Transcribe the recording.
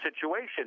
situation